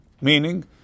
Meaning